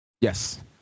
Yes